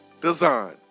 Design